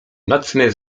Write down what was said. nocny